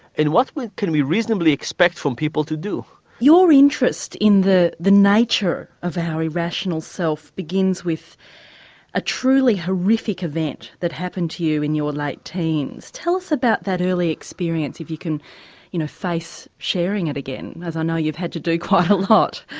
what can we reasonably expect from people to do. your interest in the the nature of our irrational self begins with a truly horrific event that happened to you in your late teens. tell us about that early experience if you can you know face sharing it again as i know you've had to do quite a lot.